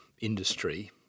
industry